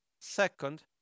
Second